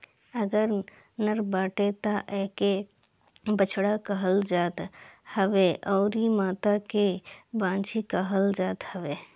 अगर नर बाटे तअ एके बछड़ा कहल जात हवे अउरी मादा के बाछी कहल जाता हवे